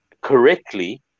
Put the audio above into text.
correctly